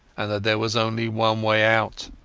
and that there was only one way out.